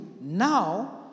now